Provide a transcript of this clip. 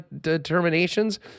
determinations